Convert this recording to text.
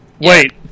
Wait